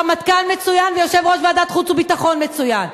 רמטכ"ל מצוין ויושב-ראש ועדת חוץ וביטחון מצוין,